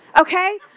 okay